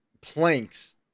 planks